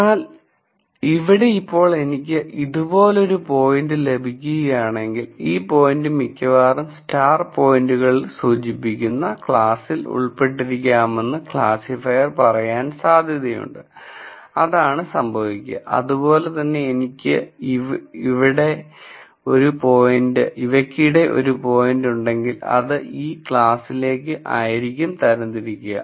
എന്നാൽ ഇവിടെ ഇപ്പോൾ എനിക്ക് ഇതുപോലൊരു പോയിന്റ് ലഭിക്കുകയാണെങ്കിൽ ഈ പോയിന്റ് മിക്കവാറും സ്റ്റാർ പോയിന്റുകൾ സൂചിപ്പിക്കുന്ന ക്ലാസ്സിൽ ഉൾപ്പെട്ടിരിക്കാമെന്ന് ക്ലാസ്ഫയർ പറയാൻ സാധ്യതയുണ്ട് അതാണ് സംഭവിക്കുക അതുപോലെ തന്നെ എനിക്ക് ഇവയ്ക്കിടെ ഒരു പോയിന്റ് ഉണ്ടെങ്കിൽ അത് ഈ ക്ലാസിലേക്ക് ആയിരിക്കും തരംതിരിക്കുക